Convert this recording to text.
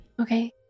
Okay